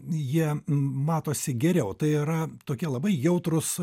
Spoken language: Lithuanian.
jie matosi geriau tai yra tokie labai jautrūs